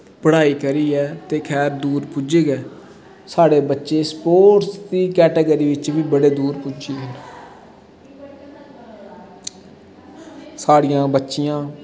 पढ़ाई करियै खैर दूर पुज्जे गै साढ़े बच्चे स्पोर्टस दी कैटागिरी बिच्च बी बड़े अग्गें पुज्जी गे न साढ़ियां बच्चियां